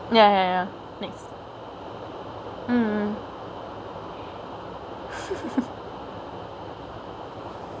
ya ya ya nex~